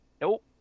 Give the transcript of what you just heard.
Nope